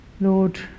Lord